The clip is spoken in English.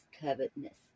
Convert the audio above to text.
covetousness